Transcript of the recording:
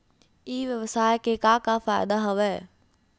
ई व्यवसाय के का का फ़ायदा हवय?